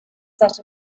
set